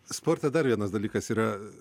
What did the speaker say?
sporte dar vienas dalykas yra